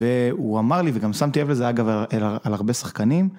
והוא אמר לי, וגם שמתי אב לזה אגב, על הרבה שחקנים.